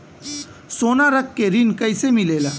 सोना रख के ऋण कैसे मिलेला?